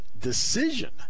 decision